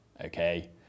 okay